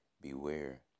beware